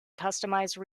customize